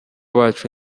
bacu